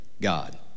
God